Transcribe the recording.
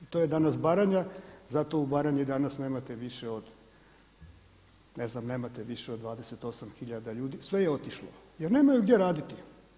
To je danas Baranja, zato u Baranji danas nemate više od, ne znam nemate više od 28.000 ljudi, sve je otišlo jer nemaju gdje raditi.